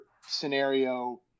scenario